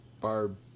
Barb